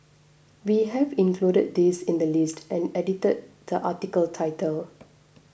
we have included this in the list and edited the article title